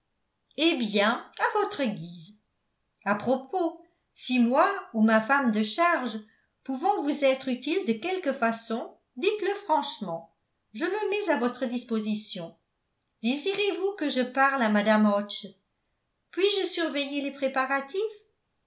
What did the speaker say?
eh bien à votre guise à propos si moi ou ma femme de charge pouvons vous être utiles de quelque façon dites-le franchement je me mets à votre disposition désirez-vous que je parle à mme hodges puis-je surveiller les préparatifs